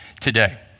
today